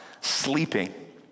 sleeping